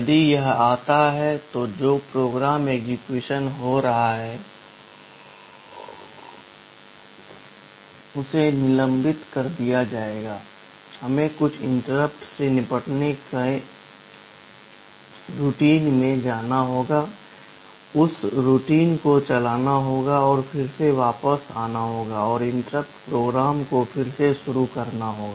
यदि यह आता है तो जो प्रोग्राम एक्सेक्यूशन हो रहा है उसे निलंबित कर दिया जाएगा हमें कुछ इंटरप्ट से निपटने की रूटीन में जाना होगा उस रूटीन को चलाना होगा और फिर से वापस आना होगा और इंटरप्ट प्रोग्राम को फिर से शुरू करना होगा